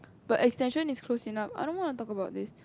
but extension is close enough I don't want to talk about this